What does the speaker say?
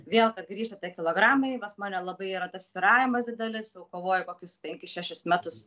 vėl grįžta tie kilogramai pas mane labai yra tas svyravimas didelis o kovoju kokius penkis šešis metus